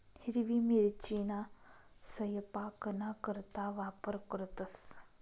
हिरवी मिरचीना सयपाकना करता वापर करतंस